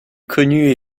connues